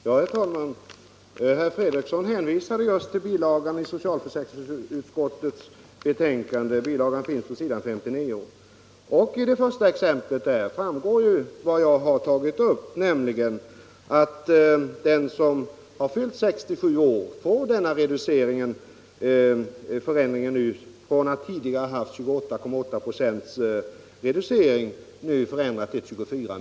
Herr talman! Herr Fredriksson hänvisade till bilagan i socialförsäkringsutskottets betänkande — den återfinns på s. 59. Av det första exemplet i den bilagan framgår just vad jag pekade på, nämligen att för den som har fyllt 67 år ändras reduceringen från tidigare 28,8 till 24 96.